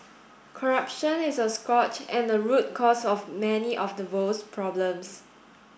corruption is a scourge and a root cause of many of the world's problems